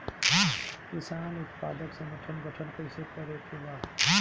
किसान उत्पादक संगठन गठन कैसे करके बा?